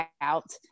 out